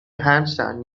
handstand